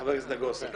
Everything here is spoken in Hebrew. חבר הכנסת נגוסה.